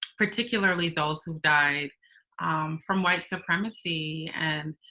particularly those who died from white supremacy and,